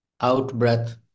out-breath